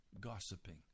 gossiping